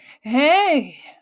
hey